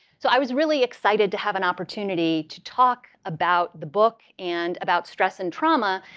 so i was really excited to have an opportunity to talk about the book, and about stress, and trauma